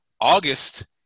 August